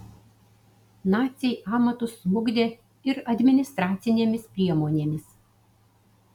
naciai amatus smukdė ir administracinėmis priemonėmis